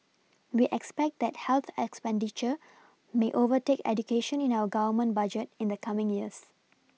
we expect that health expenditure may overtake education in our Government budget in the coming years